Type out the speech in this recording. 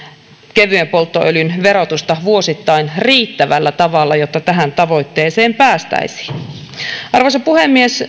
kevyen polttoöljyn verotusta vuosittain riittävällä tavalla jotta tähän tavoitteeseen päästäisiin arvoisa puhemies